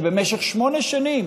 שבמשך שמונה שנים